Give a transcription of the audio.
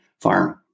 farm